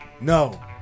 No